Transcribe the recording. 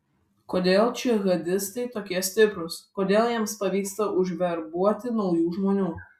kodėl džihadistai tokie stiprūs kodėl jiems pavyksta užverbuoti naujų žmonių